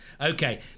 Okay